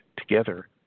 together